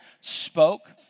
spoke